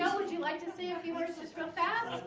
would you like to say a few words just real fast